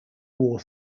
war